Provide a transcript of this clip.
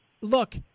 look